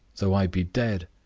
though i be dead,